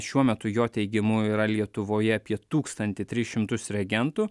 šiuo metu jo teigimu yra lietuvoje apie tūkstantį tris šimtus reagentų